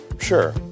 Sure